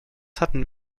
hatten